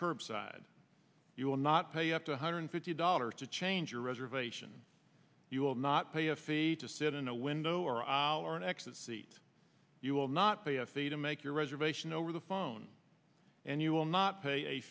curbside you will not pay up to one hundred fifty dollars to change your reservation you will not pay a fee to sit in a window or aisle or an exit seat you will not pay a fee to make your reservation over the phone and you will not pay a